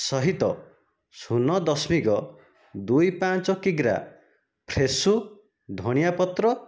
ସହିତ ଶୂନ ଦଶମିକ ଦୁଇ ପାଞ୍ଚ କିଗ୍ରା ଫ୍ରେଶୋ ଧଣିଆପତ୍ର